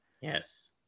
Yes